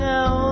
Now